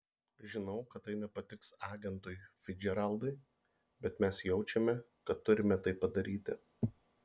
žinau kad tai nepatiks agentui ficdžeraldui bet mes jaučiame kad turime tai padaryti